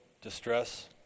distress